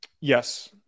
Yes